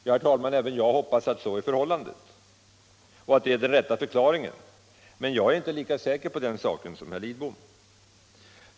Herr talman, även jag hoppas att så är förhållandet och att det är den rätta förklaringen, men jag är inte lika säker på den saken.